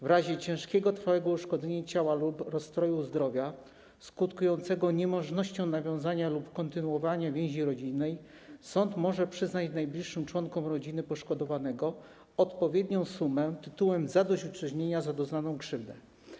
W razie ciężkiego i trwałego uszkodzenia ciała lub rozstroju zdrowia skutkującego niemożnością nawiązania lub kontynuowania więzi rodzinnej sąd może przyznać najbliższym członkom rodziny poszkodowanego odpowiednią sumę tytułem zadośćuczynienia za doznaną krzywdę.